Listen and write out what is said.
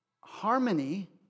harmony